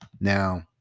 Now